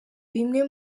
bimwe